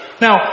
Now